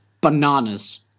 bananas